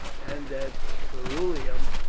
and at verulamium,